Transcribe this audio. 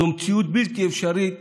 זו מציאות בלתי אפשרית